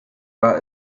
war